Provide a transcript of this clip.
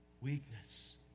weakness